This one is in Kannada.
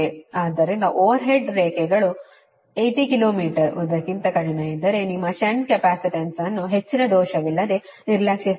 ಆದ್ದರಿಂದ ಓವರ್ಹೆಡ್ ರೇಖೆಗಳು 80 ಕಿಲೋ ಮೀಟರ್ ಉದ್ದಕ್ಕಿಂತ ಕಡಿಮೆಯಿದ್ದರೆ ನಿಮ್ಮ ಷಂಟ್ ಕೆಪಾಸಿಟನ್ಸ್ ಅನ್ನು ಹೆಚ್ಚಿನ ದೋಷವಿಲ್ಲದೆ ನಿರ್ಲಕ್ಷಿಸಬಹುದು